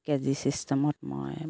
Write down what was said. কে G চিষ্টেমত মই